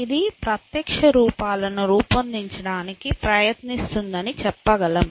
ఇది ప్రత్యక్ష రూపాలను రూపొందించడానికి ప్రయత్నిస్తుందని చెప్పగలం